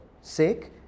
sake